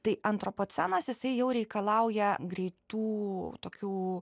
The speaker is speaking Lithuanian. tai antropocenas jisai jau reikalauja greitų tokių